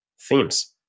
themes